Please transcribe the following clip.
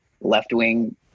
left-wing